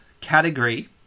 category